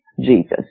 jesus